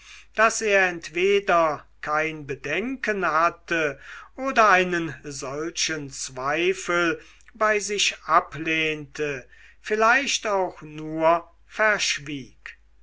daß er entweder kein bedenken hatte oder einen solchen zweifel bei sich ablehnte vielleicht auch nur verschwieg